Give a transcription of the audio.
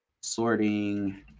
sorting